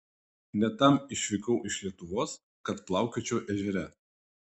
ne tam išvykau iš lietuvos kad plaukiočiau ežere